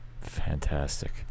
Fantastic